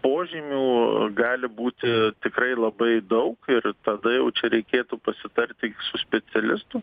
požymių gali būti tikrai labai daug ir tada jau čia reikėtų pasitarti su specialistu